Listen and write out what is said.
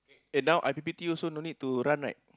eh now I_P_P_T also no need to run right